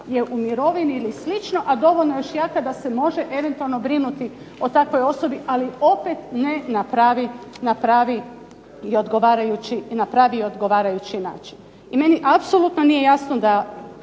je u mirovini ili slično, a dovoljno je još jaka da se može eventualno brinuti o takvoj osobi, ali opet ne na pravi i odgovarajući način. I meni apsolutno nije jasno da